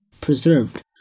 preserved